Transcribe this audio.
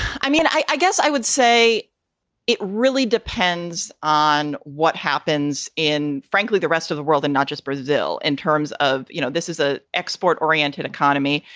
i mean, i i guess i would say it really depends on what happens in, frankly, the rest of the world and not just brazil in terms of, you know, this is a export oriented economy.